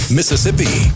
Mississippi